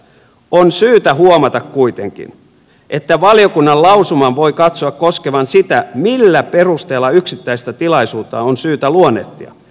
on syytä huomata kuitenkin että valiokunnan lausuman voi katsoa koskevan sitä millä perusteella yksittäistä tilaisuutta on syytä luonnehtia